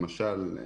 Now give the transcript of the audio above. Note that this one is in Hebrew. למשל,